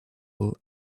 will